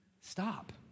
stop